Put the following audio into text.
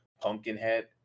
Pumpkinhead